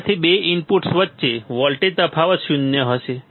તેથી બે ઇનપુટ્સ વચ્ચે વોલ્ટેજ તફાવત શૂન્ય હશે